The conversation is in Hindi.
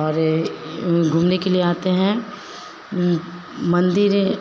और घूमने के लिए आते हैं मंदिरें